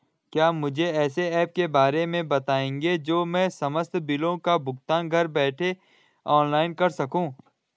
क्या मुझे ऐसे ऐप के बारे में बताएँगे जो मैं समस्त बिलों का भुगतान घर बैठे ऑनलाइन कर सकूँ?